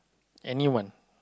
anyone